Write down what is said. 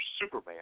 Superman